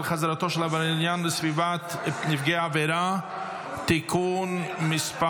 חזרתו של עבריין מין לסביבת נפגע העבירה (תיקון מס'